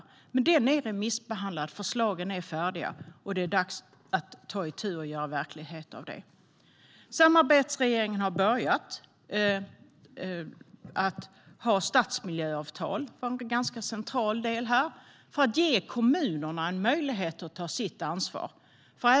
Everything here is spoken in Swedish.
Utredningen är remissbehandlad, förslagen är färdiga och det är dags att ta itu med detta och göra verklighet av det. Samarbetsregeringen har börjat med stadsmiljöavtal för att ge kommunerna en möjlighet att ta sitt ansvar. Det är en ganska central del.